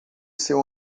seu